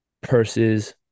purses